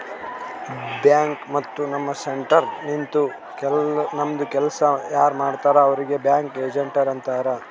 bank ಮತ್ತ ನಮ್ centre ನಿಂತು ನಮ್ದು ಕೆಲ್ಸಾ ಯಾರ್ ಮಾಡ್ತಾರ್ ಅವ್ರಿಗ್ ಬ್ಯಾಂಕಿಂಗ್ ಏಜೆಂಟ್ ಅಂತಾರ್